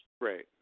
Great